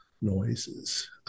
noises